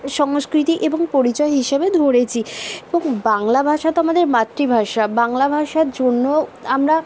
সংস্কৃতি এবং পরিচয় হিসেবে ধরেছি এবং বাংলা ভাষা তো আমাদের মাতৃভাষা বাংলা ভাষার জন্য আমরা